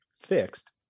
fixed